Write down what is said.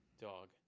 dog